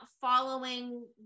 following